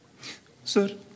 Sir